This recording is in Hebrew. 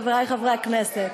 חברי חברי הכנסת,